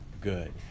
good